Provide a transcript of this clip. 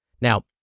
Now